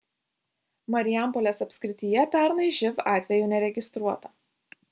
marijampolės apskrityje pernai živ atvejų neregistruota